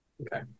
okay